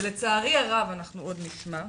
ולצערי הרב אנחנו עוד נשמע,